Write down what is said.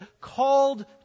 called